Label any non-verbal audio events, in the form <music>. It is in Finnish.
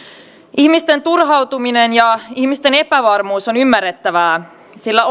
ihmisten turhautuminen ja ihmisten epävarmuus on ymmärrettävää sillä <unintelligible>